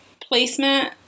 placement